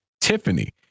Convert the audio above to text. Tiffany